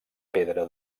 pedra